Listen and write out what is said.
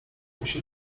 musi